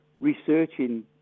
researching